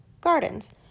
gardens